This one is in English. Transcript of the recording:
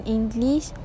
English